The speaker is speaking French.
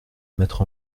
mettre